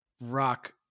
rock